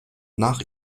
nach